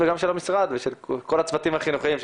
וגם של המשרד ושל כל הצוותים החינוכיים,